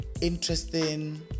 interesting